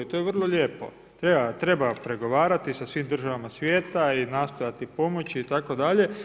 To je vrlo lijepo, treba pregovarati sa svim državama svijeta i nastojati pomoći itd.